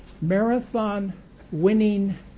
marathon-winning